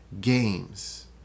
games